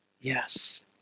Yes